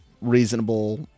reasonable